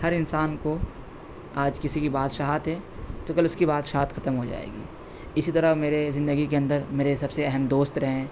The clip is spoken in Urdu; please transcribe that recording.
ہر انسان کو آج کسی کی بادشاہت ہے تو کل اس کی بادشاہت ختم ہو جائے گی اسی طرح میرے زندگی کے اندر میرے سب سے اہم دوست رہے ہیں